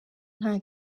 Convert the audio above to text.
nta